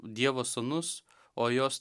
dievo sūnus o jos